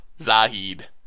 Zahid